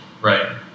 Right